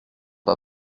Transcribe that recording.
pas